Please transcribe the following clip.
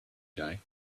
guy